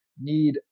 need